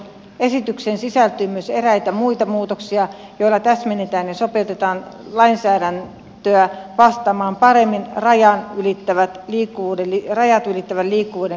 esitykseen sisältyy myös eräitä muita muutoksia joilla täsmennetään ja sopeutetaan lainsäädäntöä vastaamaan paremmin rajat ylittävän liikkuvuuden lisääntymistä